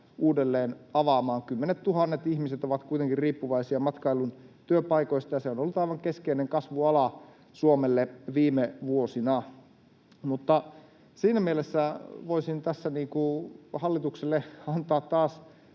uudelleen avaamaan. Kymmenettuhannet ihmiset ovat kuitenkin riippuvaisia matkailun työpaikoista, ja se on ollut aivan keskeinen kasvuala Suomelle viime vuosina. Mutta siinä mielessä voisin tässä hallitukselle antaa taas